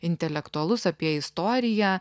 intelektualus apie istoriją